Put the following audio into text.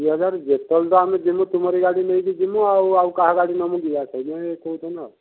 ଦୁଇ ହଜାର ଯେତେବେଳେ ତ ଆମେ ଯିମୁ ତୁମରି ଗାଡ଼ି ନେଇକି ଯିମୁ ଆଉ ଆଉ କାହା ଗାଡ଼ି ନେବୁକି ଆ ସେଇଥିପାଇଁ କହୁଥିନୁ ଆଉ